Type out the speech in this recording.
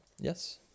Yes